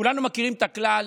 כולנו מכירים את הכלל,